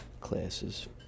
classes